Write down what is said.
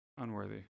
Unworthy